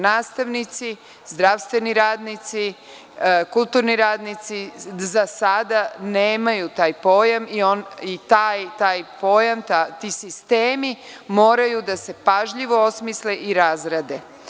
Nastavnici, zdravstveni radnici, kulturni radnici, za sada nemaju taj pojam i taj pojam i ti sistemi moraju da se pažljivo osmisle i razrade.